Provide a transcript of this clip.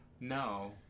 No